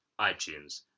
iTunes